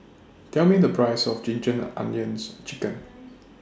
Tell Me The Price of Ginger Onions Chicken